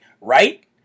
right